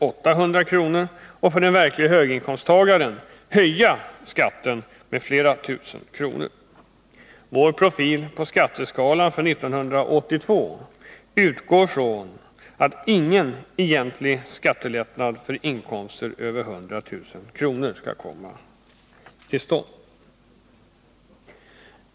och höja skatten för den verklige höginkomsttagaren med flera tusen kronor. Vår profil på skatteskalan för 1982 utgår från att det inte skall bli någon egentlig skattelättnad för inkomster över 100 000 kr.